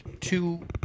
two